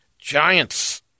Giants